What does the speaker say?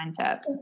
mindset